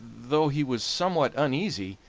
though he was somewhat uneasy,